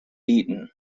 beaten